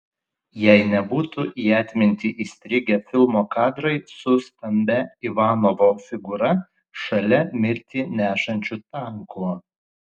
jei nebūtų į atmintį įstrigę filmo kadrai su stambia ivanovo figūra šalia mirtį nešančių tankų